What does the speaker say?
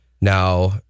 Now